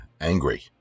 angry